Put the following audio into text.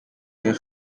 their